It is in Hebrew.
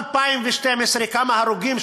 2012, כמה הרוגים?